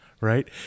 right